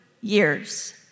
years